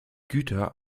güter